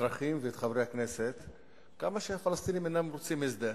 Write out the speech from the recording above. ומנסה לשכנע את האזרחים ואת חברי הכנסת כמה שהפלסטינים אינם רוצים הסדר.